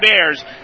Bears